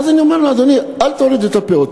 אז אני אומר לו: אדוני, אל תוריד את הפאות.